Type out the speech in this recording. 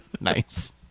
nice